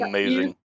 Amazing